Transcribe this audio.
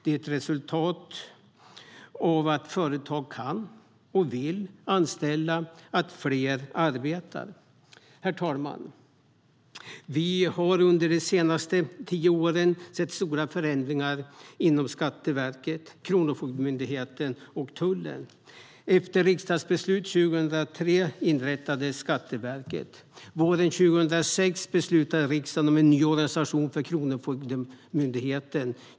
Det är ett resultat av att företag kan och vill anställa och att fler arbetar. Herr talman! Vi har under de senaste tio åren sett stora förändringar inom Skatteverket, Kronofogdemyndigheten och Tullverket. Efter riksdagsbeslut 2003 inrättades Skatteverket. Våren 2006 beslutade riksdagen om en ny organisation för Kronofogdemyndigheten.